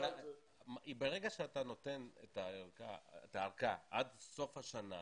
ברגע שאתה נותן את הארכה עד סוף השנה,